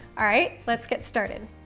all right, let's get started.